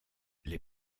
les